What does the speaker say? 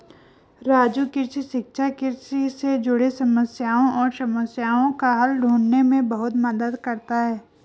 राजू कृषि शिक्षा कृषि से जुड़े समस्याएं और समस्याओं का हल ढूंढने में बहुत मदद करता है